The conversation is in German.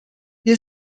wir